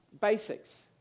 basics